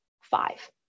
five